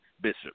bishop